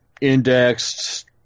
indexed